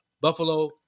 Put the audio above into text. buffalo